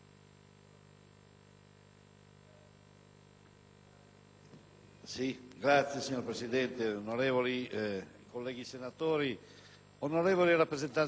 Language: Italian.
*(PD)*. Signora Presidente, onorevoli colleghi senatori, onorevoli rappresentanti del Governo,